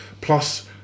Plus